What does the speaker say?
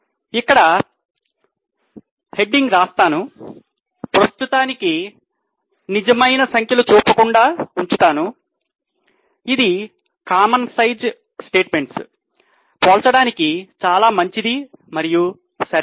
నేను ఇక్కడ శీర్షిక పోల్చడానికి చాలా మంచిది మరియు సరైనది